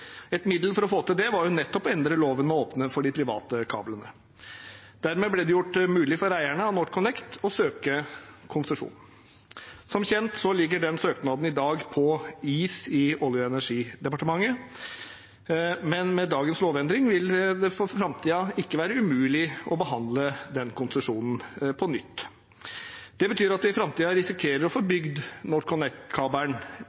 Et middel for å få til det var nettopp å endre loven og åpne for de private kablene. Dermed ble det gjort mulig for eierne av NorthConnect å søke konsesjon. Som kjent ligger den søknaden i dag på is i Olje- og energidepartementet, men med dagens lovendring vil det for framtiden ikke være umulig å behandle den konsesjonen på nytt. Det betyr at vi i framtiden risikerer å få